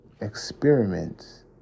experiments